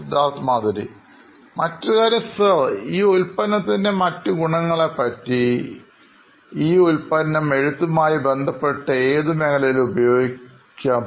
സിദ്ധാർത്ഥ് മാധുരിസിഇഒ നോയിൻ ഇലക്ട്രോണിക്സ് മറ്റൊരു കാര്യം സാർ ഈ ഉൽപ്പന്നത്തിൻറെ മറ്റു ഗുണങ്ങളെപ്പറ്റി ഈ ഉൽപ്പന്നം എഴുത്തുമായി ബന്ധപ്പെട്ട് ഏതു മേഖലയിലും ഉപയോഗിക്കാൻ